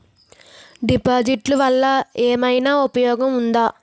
డిపాజిట్లు వల్ల ఏమైనా ఉపయోగం ఉందా?